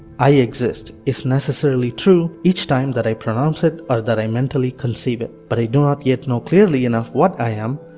i exist, is necessarily true each time that i pronounce it, or that i mentally conceive it. but i do not yet know clearly enough what i am,